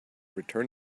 return